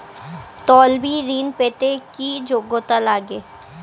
তলবি ঋন পেতে কি যোগ্যতা লাগে?